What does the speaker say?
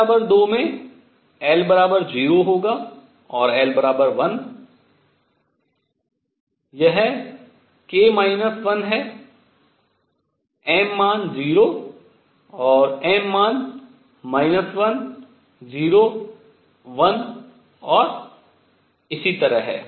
n 2 में l 0 होगा और l 1 यह k - 1 है m मान 0 m मान 1 0 1 और इसी तरह है